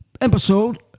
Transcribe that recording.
episode